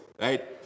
right